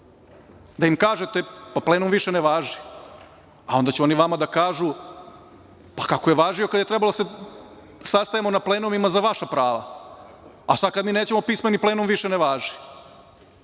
Da im kažete - pa plenum više ne važi. Onda će oni vama da kažu – pa kako je važio kada je trebalo da se sastajemo na plenumima za vaša prava, a sada kada mi nećemo pismeni plenum više ne važi.